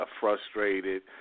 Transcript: frustrated